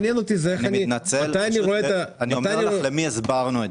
אני מתנצל, אני אומר לך למי הסברנו את זה.